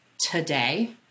today